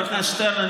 חבר הכנסת שטרן,